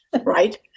Right